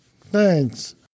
Thanks